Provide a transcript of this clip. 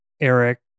Eric